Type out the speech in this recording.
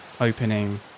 opening